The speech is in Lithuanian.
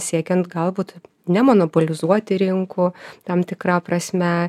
siekiant galbūt ne monopolizuoti rinkų tam tikra prasme